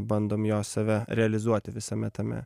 bandom jo save realizuoti visame tame